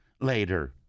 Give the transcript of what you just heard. later